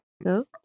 No